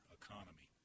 economy